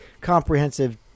comprehensive